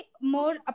more